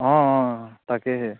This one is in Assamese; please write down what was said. অঁ অঁ তাকেহে